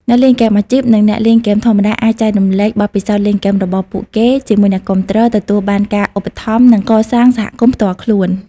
អ្នកលេងហ្គេមអាជីព និងអ្នកលេងហ្គេមធម្មតាអាចចែករំលែកបទពិសោធន៍លេងហ្គេមរបស់ពួកគេជាមួយអ្នកគាំទ្រ ទទួលបានការឧបត្ថម្ភ និងកសាងសហគមន៍ផ្ទាល់ខ្លួន។